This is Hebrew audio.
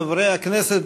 חברי הכנסת,